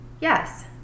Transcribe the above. Yes